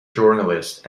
journalist